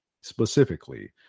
specifically